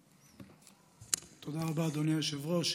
תודה רבה, אדוני היושב-ראש.